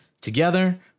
Together